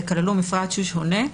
כללו מפרט שונה.